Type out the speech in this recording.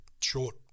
short